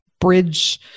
bridge